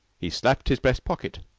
he slapped his breast pocket.